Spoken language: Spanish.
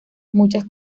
muchas